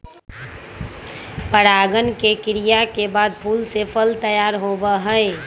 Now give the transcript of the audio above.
परागण के क्रिया के बाद फूल से फल तैयार होबा हई